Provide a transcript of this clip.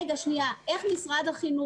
איך משרד החינוך,